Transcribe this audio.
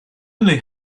only